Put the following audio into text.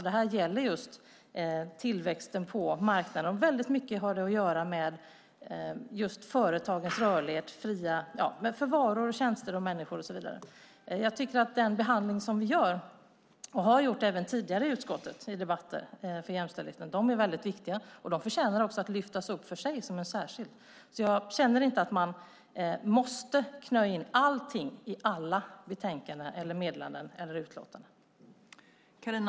Det här gäller just tillväxten på marknaden. Väldigt mycket har det att göra med just företagens rörlighet för varor, tjänster, människor och så vidare. Jag tycker att den behandling som vi gör och har gjort även tidigare i utskottet, i debatter för jämställdheten, är väldigt viktig. Den förtjänar också att lyftas upp för sig. Jag känner inte att man måste knö in allting i alla betänkanden, meddelanden eller utlåtanden.